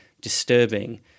disturbing